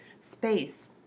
space